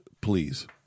Please